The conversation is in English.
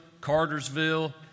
Cartersville